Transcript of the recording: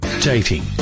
Dating